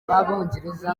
b’abongereza